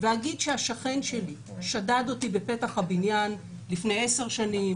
ואגיד שהשכן שלי שדד אותי בפתח הבניין לפני 10 שנים,